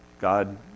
God